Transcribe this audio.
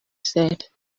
said